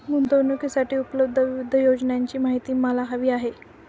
गुंतवणूकीसाठी उपलब्ध विविध योजनांची माहिती मला हवी आहे